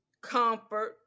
comfort